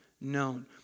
known